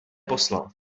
poslal